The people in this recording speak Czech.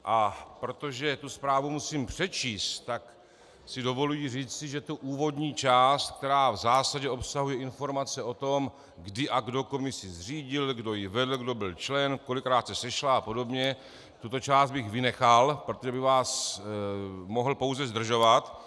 A protože tu zprávu musím přečíst, tak si dovoluji říci, že tu úvodní část, která v zásadě obsahuje informace o tom, kdy a kdo komisi zřídil, kdo ji vedl, kdo byl člen, kolikrát se sešla a podobně, tuto část bych vynechal, protože bych vás mohl pouze zdržovat.